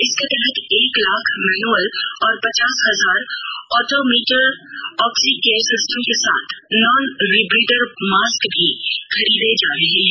इसके तहत एक लाख मैनुअल और पचास हजार ऑटोमेटिक ऑक्सीकेयर सिस्टम के साथ नॉन रिब्रीदर मास्क भी खरीदे जा रहे हैं